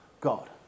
God